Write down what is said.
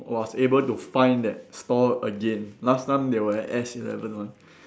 was able to find that store again last time they were at S eleven one